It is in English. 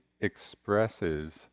expresses